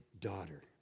daughter